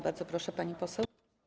Bardzo proszę, pani poseł.